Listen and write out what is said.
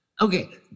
Okay